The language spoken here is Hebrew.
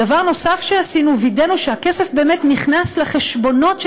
דבר נוסף שעשינו: וידאנו שהכסף באמת נכנס לחשבונות של